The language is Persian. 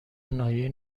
ناحیه